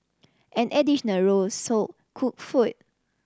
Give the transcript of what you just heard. an additional row sold cooked food